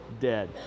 dead